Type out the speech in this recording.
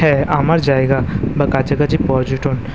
হ্যাঁ আমার জায়গা বা কাছাকাছি পর্যটন